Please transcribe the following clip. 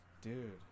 Dude